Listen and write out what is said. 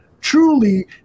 truly